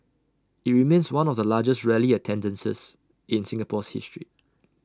IT remains one of the largest rally attendances in Singapore's history